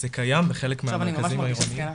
זה קיים בחלק מהמרכזים העירוניים.